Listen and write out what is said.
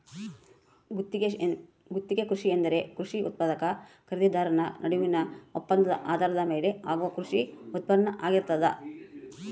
ಗುತ್ತಿಗೆ ಕೃಷಿ ಎಂದರೆ ಕೃಷಿ ಉತ್ಪಾದಕ ಖರೀದಿದಾರ ನಡುವಿನ ಒಪ್ಪಂದದ ಆಧಾರದ ಮೇಲೆ ಆಗುವ ಕೃಷಿ ಉತ್ಪಾನ್ನ ಆಗಿರ್ತದ